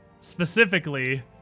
specifically